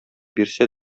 бирсә